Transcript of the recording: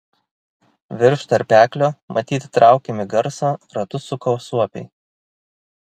virš tarpeklio matyt traukiami garso ratus suko suopiai